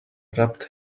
rubbed